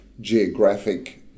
geographic